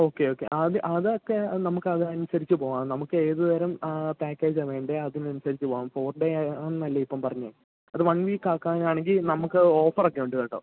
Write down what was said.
okay okay അത് അതൊക്കെ നമുക്കതനുസരിച്ച് പോവാം നമ്മുക്കേതുതരം പാക്കേജാണ് വേണ്ടത് അതിനനുസരിച്ച് പോവാം ഫോർ ഡേ ആണെന്നല്ലേ ഇപ്പോൾ പറഞ്ഞത് അത് വൺ വീക്ക് ആക്കാനാണെങ്കിൽ നമുക്ക് ഓഫറൊക്കെ ഒണ്ട് കേട്ടോ